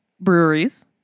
breweries